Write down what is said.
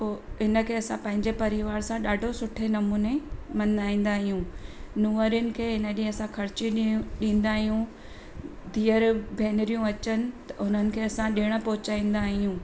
पोइ हिन खे असां पंहिंजे परिवार सां ॾाढो सुठे नमूने मल्हाईंदा आहियूं नुंहंरनि खे हिन ॾींहुं असां ख़र्ची ॾियो ॾींदा आहियूं धीअर भेनरियूं अचनि त हुननि खे असां ॾिणु पहुचाईंदा आहियूं